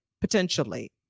potentially